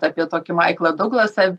apie tokį maiklą duglasą